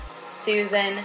Susan